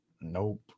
Nope